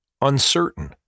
uncertain